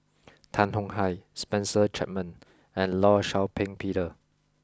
Tan Tong Hye Spencer Chapman and Law Shau Ping Peter